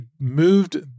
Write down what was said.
moved